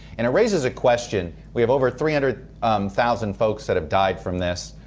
and it raises a question, we've over three hundred thousand folks that have died from this.